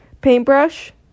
paintbrush